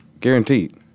Guaranteed